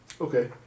Okay